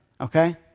okay